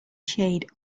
shade